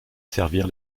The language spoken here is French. servir